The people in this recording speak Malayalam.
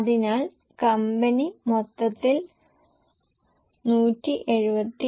അതിനാൽ കമ്പനി മൊത്തത്തിൽ 177